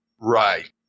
Right